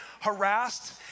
harassed